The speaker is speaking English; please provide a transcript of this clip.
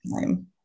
time